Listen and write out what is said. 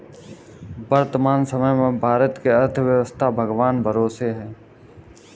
वर्तमान समय में भारत की अर्थव्यस्था भगवान भरोसे है